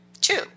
Two